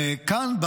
כאן,